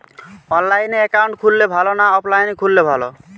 অনলাইনে একাউন্ট খুললে ভালো না অফলাইনে খুললে ভালো?